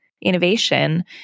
innovation